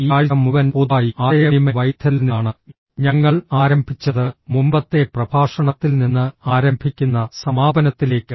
ഈ ആഴ്ച മുഴുവൻ പൊതുവായി ആശയവിനിമയ വൈദഗ്ധ്യത്തിൽ നിന്നാണ് ഞങ്ങൾ ആരംഭിച്ചത് മുമ്പത്തെ പ്രഭാഷണത്തിൽ നിന്ന് ആരംഭിക്കുന്ന സമാപനത്തിലേക്ക്